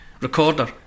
Recorder